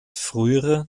frühere